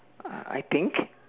ah I think